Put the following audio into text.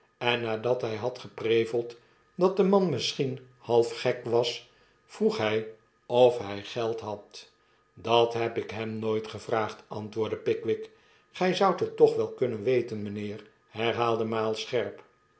en nadat hy had gepreveld dat de man misschien half gek was vroeg hy of hy geld had dat heb ik hem nooit gevraagd antwoordde pickwick gy zoudt het toch wel kunnen weten mjjnheer v hernam miles scherp